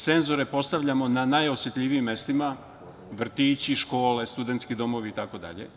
Senzore postavljamo na najosetljivijim mestima – vrtići, škole, studentski domovi, itd.